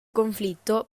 conflitto